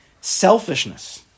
Selfishness